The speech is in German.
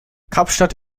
kapstadt